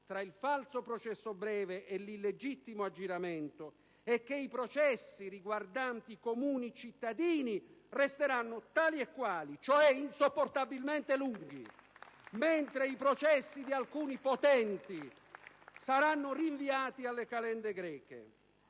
tra il falso processo breve e l'illegittimo aggiramento è che i processi riguardanti i comuni cittadini resteranno tali e quali, cioè insopportabilmente lunghi, mentre i processi di alcuni potenti saranno rinviati alle calende greche.